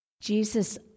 Jesus